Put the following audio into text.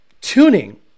tuning